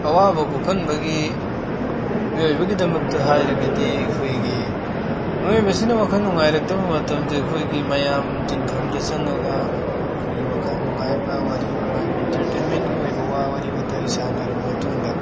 ꯑꯋꯥꯕ ꯀꯣꯈꯟꯕꯒꯤ ꯃꯤꯋꯣꯏꯕꯒꯤꯗꯝꯇ ꯍꯥꯏꯔꯒꯗꯤ ꯑꯈꯣꯏꯒꯤ ꯃꯤꯋꯣꯏꯕꯁꯤꯅ ꯋꯥꯈꯟ ꯅꯨꯡꯉꯥꯏꯔꯗꯧ ꯃꯇꯝꯗ ꯑꯈꯣꯏꯒꯤ ꯃꯌꯥꯝ ꯇꯤꯟꯐꯝꯗ ꯆꯡꯉꯒꯥ ꯑꯈꯣꯏꯒꯤ ꯋꯥꯈꯜ ꯅꯨꯉꯥꯏꯕ ꯋꯥꯔꯤ ꯅꯨꯉꯥꯏꯕ ꯏꯟꯇꯔꯇꯦꯟꯃꯦꯟꯒꯤ ꯑꯣꯏꯕ ꯋꯥ ꯋꯥꯔꯤ ꯋꯇꯥꯏ ꯁꯥꯟꯅꯔꯕ ꯃꯇꯨꯡꯗ